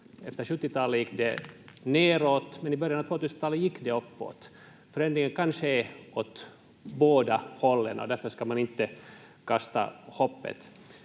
efter 70-talet gick neråt, men i början av 2000-talet gick det uppåt. Förändringen kan ske åt båda hållen, och därför ska man inte kasta hoppet.